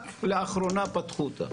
רק לאחרונה פתחו אותה.